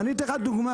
אני אתן לך דוגמה.